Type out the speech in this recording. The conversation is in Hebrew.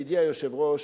ידידי היושב-ראש,